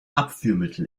abführmittel